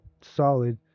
solid